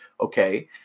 okay